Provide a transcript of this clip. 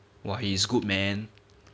!wah! he is good man